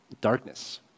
Darkness